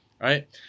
right